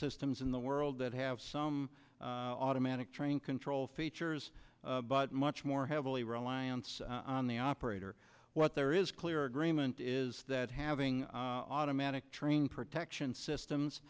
systems in the world that have some automatic train control features but much more heavily reliance on the operator what there is clear agreement is that having automatic train protection systems